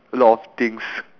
a lot of things